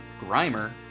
grimer